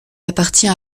appartient